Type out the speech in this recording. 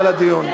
לדיון.